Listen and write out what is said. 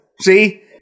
See